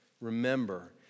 remember